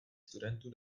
studentů